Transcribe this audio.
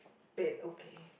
wait okay